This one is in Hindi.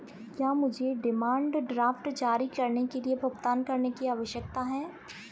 क्या मुझे डिमांड ड्राफ्ट जारी करने के लिए भुगतान करने की आवश्यकता है?